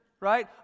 right